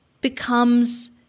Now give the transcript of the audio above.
becomes